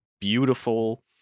Beautiful